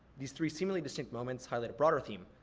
these three seemingly distinct moments highlight a broader theme.